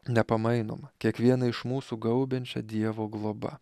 nepamainoma kiekvieną iš mūsų gaubiančia dievo globa